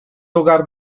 hogar